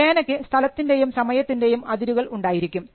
പേനയ്ക്കു സ്ഥലത്തിൻറെയും സമയത്തിൻറെയും അതിരുകൾ ഉണ്ടായിരിക്കും